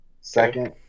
Second